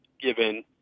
given